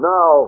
Now